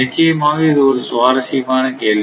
நிச்சயமாக இது ஒரு சுவாரஸ்யமான கேள்வி